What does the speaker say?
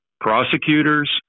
prosecutors